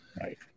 right